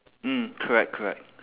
mm correct correct